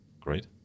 Great